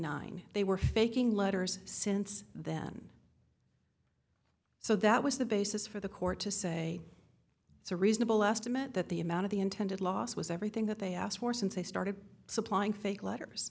nine they were faking letters since then so that was the basis for the court to say it's a reasonable estimate that the amount of the intended loss was everything that they asked for since they started supplying fake letters